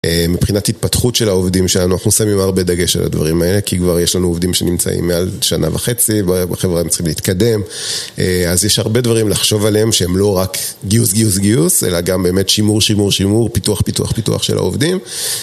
מבחינת התפתחות של העובדים שלנו, אנחנו עושים עם הרבה דגש על הדברים האלה, כי כבר יש לנו עובדים שנמצאים מעל שנה וחצי, בחברה הם צריכים להתקדם, אז יש הרבה דברים לחשוב עליהם שהם לא רק גיוס, גיוס, גיוס, אלא גם באמת שימור, שימור, שימור, פיתוח, פיתוח, פיתוח של העובדים.